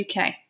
UK